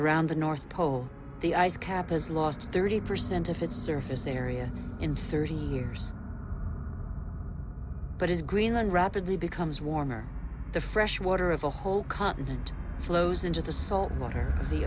around the north pole the ice cap has lost thirty percent of its surface area in certain years but is greenland rapidly becomes warmer the fresh water of the whole continent flows into the salt water